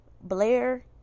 Blair